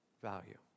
value